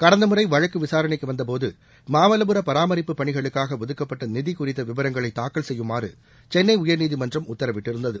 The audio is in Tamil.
கடந்த முறை வழக்கு விசாரணைக்கு வந்தபோது மாமல்லபுர பராமரிப்புப் பணிகளுக்காக ஒதுக்கப்பட்ட நிதி குறித்த விவரங்களை தாக்கல் செய்யுமாறு சென்னை உயர்நீதிமன்றம் உத்தரவிட்டிருந்தது